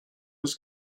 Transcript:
was